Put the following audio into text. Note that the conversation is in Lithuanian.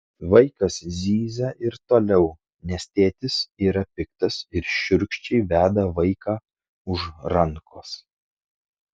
vaikas zyzia ir toliau nes tėtis yra piktas ir šiurkščiai veda vaiką už rankos